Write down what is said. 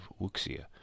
wuxia